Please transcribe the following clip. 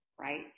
right